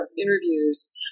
interviews